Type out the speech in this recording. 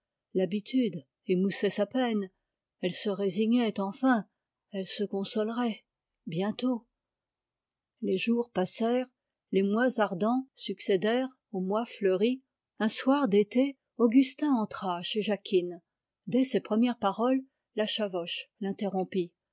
et muette l'habitude émoussait sa peine elle se résignait enfin elle se consolerait bientôt les jours passèrent les mois ardents succédèrent aux mois fleuris un soir d'été augustin entra chez jacquine dès ses premières paroles la chavoche l'interrompit